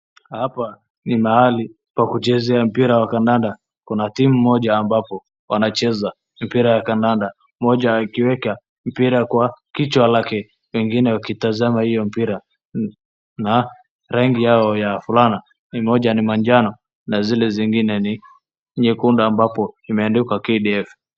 Hapa ni mahali pa kuchezea mpira wa kandanda, kuna timu moja ambapo wanacheza mpira wa kandanda, mmoja akiweka mpira kwa kichwa lake wengine wakitazama hiyo mpira. Na rangi yao ya fulana, moja ni manjano na zile zingine ni nyekundu ambapo imeandikwa KDF.